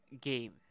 game